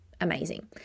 amazing